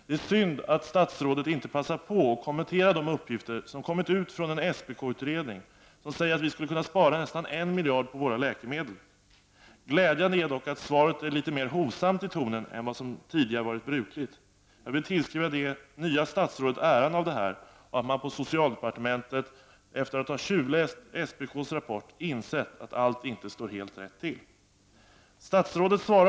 Det är synd att statsrådet inte passar på och kommenterar de uppgifter som kommit från en SPK-utredning, som säger att vi skulle kunna spara nästan en miljard på våra läkemedel. Glädjande är dock att svaret är litet mer hovsamt i tonen än vad som tidigare har varit brukligt. Jag vill tillskriva det nya statsrådet äran av detta och att man på socialdepartementet, efter att ha tjuvläst SPK:s rapport, har insett att allt inte står helt rätt till.